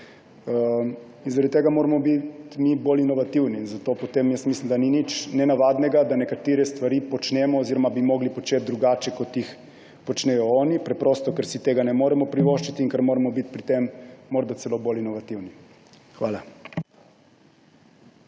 Zaradi tega moramo biti mi bolj inovativni. Zato mislim, da ni nič nenavadnega, da nekatere stvari počnemo oziroma bi morali početi drugače, kot jih počnejo oni. Preprosto, ker si tega ne moremo privoščiti in ker moramo biti pri tem morda celo bolj inovativni. Hvala.